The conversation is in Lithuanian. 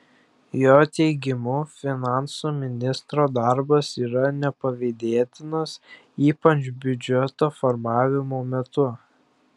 jo teigimu finansų ministro darbas yra nepavydėtinas ypač biudžeto formavimo metu